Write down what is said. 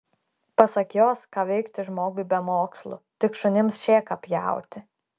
pasak jos ką veikti žmogui be mokslų tik šunims šėką pjauti